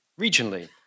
regionally